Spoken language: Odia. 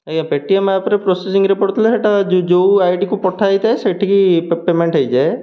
ଆଜ୍ଞା ପେଟିଏମ୍ ଆପ୍ରେ ପ୍ରୋସେସିଂରେ ପଡ଼ିଥିଲା ସେଇଟା ଯେଉଁ ଆଇଡ଼ିକୁ ପଠା ହୋଇଥାଏ ସେଠିକି ପେମେଣ୍ଟ ହୋଇଯାଏ